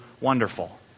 wonderful